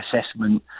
assessment